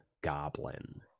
Goblin